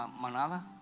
manada